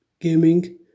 gaming